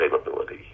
availability